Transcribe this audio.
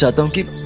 so don't get